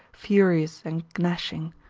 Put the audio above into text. furious and gnashing.